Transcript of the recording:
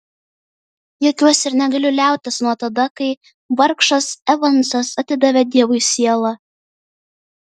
juokiuosi ir negaliu liautis nuo tada kai vargšas evansas atidavė dievui sielą